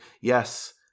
Yes